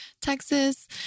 Texas